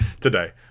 today